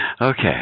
Okay